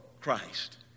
Christ